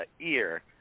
ear